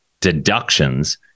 deductions